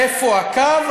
איפה הקו?